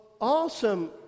awesome